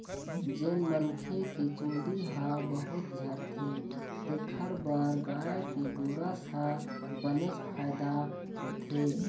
जेन मनखे के चूंदी ह बहुत झरथे तेखर बर गाय के गोरस ह बनेच फायदा होथे